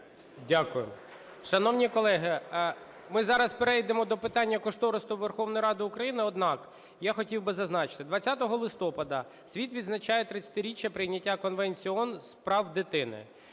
Дякую. Шановні колеги, ми зараз перейдемо до питання кошторису Верховної Ради України, однак я хотів би зазначити, 20 листопада світ відзначає 30-річчя прийняття Конвенції ООН з прав дитини.